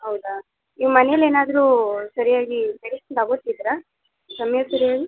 ಹೌದಾ ನಿಮ್ಮ ಮನೇಲ್ಲೇನಾದ್ರೂ ಸರಿಯಾಗಿ ಮೆಡಿಸಿನ್ ತೊಗೋತಿದ್ರಾ ಸಮಯಕ್ಕೆ ಸರಿಯಾಗಿ